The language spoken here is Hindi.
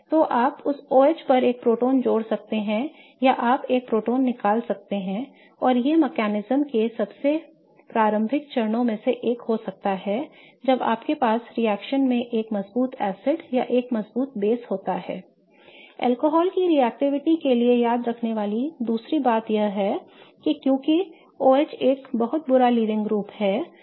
तो आप उस OH पर एक प्रोटॉन जोड़ सकते हैं या आप एक प्रोटॉन निकाल सकते हैं और ये तंत्र के सबसे प्रारंभिक चरणों में से एक हो सकता है जब आपके पास रिएक्शन में एक मजबूत एसिड या एक मजबूत आधार होता है I अल्कोहल की रिएक्शनशीलता के लिए याद रखने वाली दूसरी बात यह है कि क्योंकि OH एक बहुत बुरा लीविंग ग्रुप है